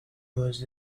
was